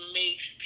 makes